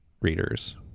readers